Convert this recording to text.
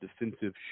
defensive